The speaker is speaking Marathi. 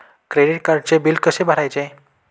क्रेडिट कार्डचे बिल कसे भरायचे?